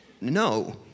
No